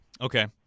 Okay